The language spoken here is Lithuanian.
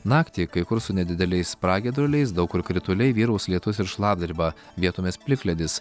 naktį kai kur su nedideliais pragiedruliais daug kur krituliai vyraus lietus ir šlapdriba vietomis plikledis